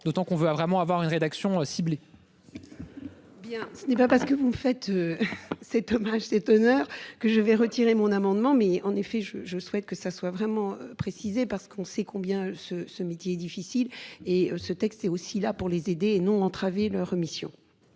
d'autant qu'on veut vraiment avoir une rédaction ciblées. Bien ce n'est pas parce que vous faites. Cet hommage cet honneur que je vais retirer mon amendement mais en effet je, je souhaite que ça soit vraiment préciser parce qu'on sait combien ce ce midi et difficile et ce texte est aussi là pour les aider et non entraver leur mission.